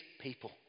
people